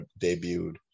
debuted